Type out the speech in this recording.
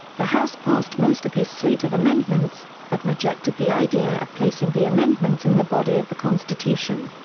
the house passed most of his slate of amendments, but rejected the idea of placing the amendments in the body of the constitution.